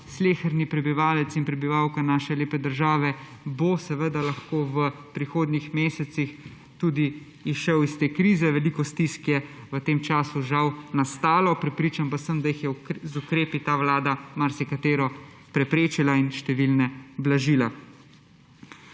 sleherni prebivalec in prebivalka naše lepe države lahko v prihodnjih mesecih tudi izšla iz te krize. Veliko stisk je v tem času žal nastalo, prepričan pa sem, da je z ukrepi ta vlada marsikatero preprečila in številne blažila.